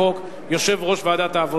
יציג את הצעת החוק יושב-ראש ועדת העבודה,